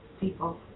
people